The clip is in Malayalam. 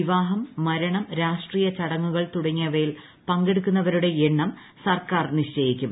വിവാഹ് മരണം രാഷ്ട്രീയ ചടങ്ങുകൾ തുടങ്ങിയവയിൽ പങ്കെടൂക്കു്ന്ന്വരുടെ എണ്ണം സർക്കാർ നിശ്ചയിക്കും